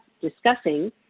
discussing